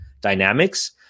dynamics